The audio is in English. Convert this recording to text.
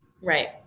Right